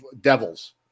Devils